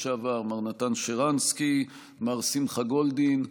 לשעבר מר נתן שרנסקי ומר שמחה גולדין.